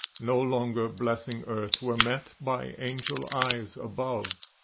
no longer blessing earth, were met by angel eyes above.